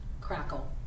crackle